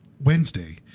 Wednesday